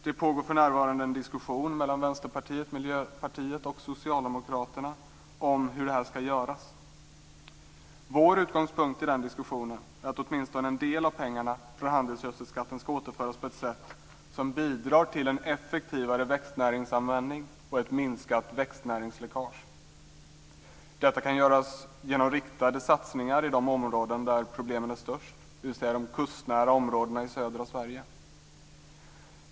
Det pågår för närvarande en diskussion mellan Vänsterpartiet, Miljöpartiet och Socialdemokraterna om hur det här ska göras. Vår utgångspunkt i den diskussionen är att åtminstone en del av pengarna för handelsgödselskatten ska återföras på ett sätt som bidrar till en effektivare växtnäringsanvändning och ett minskat växtnäringsläckage. Detta kan göras genom riktade satsningar i de områden där problemen är störst, dvs. i de kustnära områdena i södra Sverige.